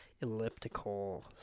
elliptical